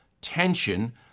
tension